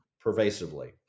Pervasively